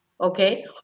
okay